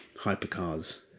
hypercars